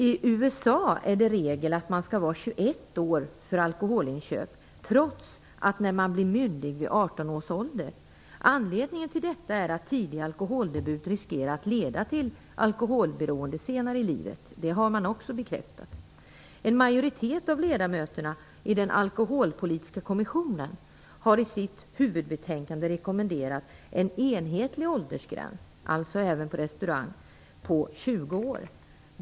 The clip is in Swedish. I USA är det regel att man skall vara 21 år för att få köpa alkohol trots att man blir myndig vid 18 års ålder. Anledningen till detta är att tidig alkoholdebut riskerar att leda till alkoholberoende senare i livet. Det har man också bekräftat. En majoritet av ledamöterna i den alkoholpolitiska kommissionen har i sitt huvudbetänkande rekommenderat en enhetlig åldersgräns, alltså även på restaurang, på 20 år.